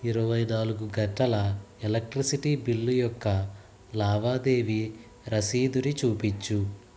ఇరువై నాలుగు గంటల ఎలక్ట్రిసిటీ బిల్లు యొక్క లావాదేవీ రసీదుని చూపించు